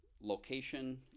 location